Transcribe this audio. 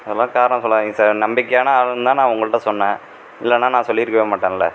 அதெல்லாம் காரணம் சொல்லாதீங்கள் சார் நம்பிக்கையான ஆளுன்னு தான் நான் உங்கள்கிட்ட சொன்னேன் இல்லைனா நான் சொல்லியிருக்கவே மாட்டேன்ல